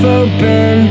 open